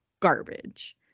Garbage